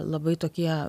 labai tokie